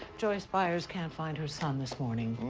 joyce byers can't find her son this morning